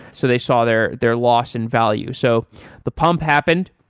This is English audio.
so they saw their their loss in value. so the pump happened,